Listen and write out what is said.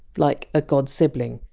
like a godsibling,